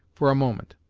for a moment,